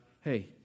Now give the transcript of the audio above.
hey